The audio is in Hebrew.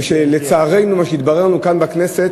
לצערנו, מה שהתברר לנו כאן בכנסת,